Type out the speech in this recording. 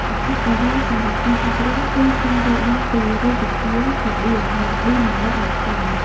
អត្ថប្រយោជន៍សម្រាប់ការអប់រំគឺការយល់ដឹងពី រូបវិទ្យា ល្បឿន និងឌីណាមិកនៃខ្យល់។